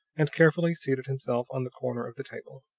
and carefully seated himself on the corner of the table.